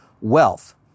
wealth